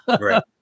right